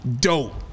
Dope